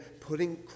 putting